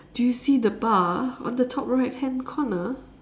do you see the bar on the top right hand corner